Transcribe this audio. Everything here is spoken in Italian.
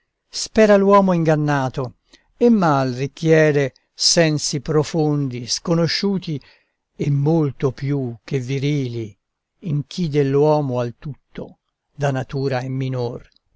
spera l'uomo ingannato e mal richiede sensi profondi sconosciuti e molto più che virili in chi dell'uomo al tutto da natura è minor